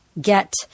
get